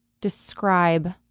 describe